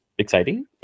exciting